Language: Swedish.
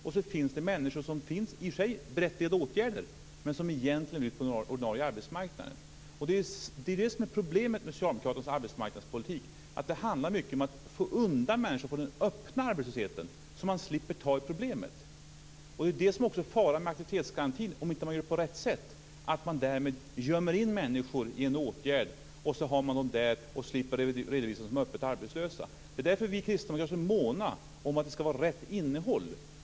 Det finns människor som befinner sig i i och för sig berättigade åtgärder, men som egentligen vill ut på den ordinarie arbetsmarknaden. Det är det som är problemet med socialdemokraternas arbetsmarknadspolitik. Det handlar mycket om att få undan människor från den öppna arbetslösheten, så att man slipper ta i problemet. Det är faran också med aktivitetsgarantin, om man inte gör på rätt sätt. Man riskerar att därmed gömma in människor i en åtgärd. Så har man dem där och slipper redovisa dem som öppet arbetslösa. Det är därför vi kristdemokrater är så måna om att det ska vara rätt innehåll.